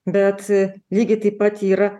bet lygiai taip pat yra